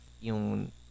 Yung